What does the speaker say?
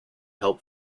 help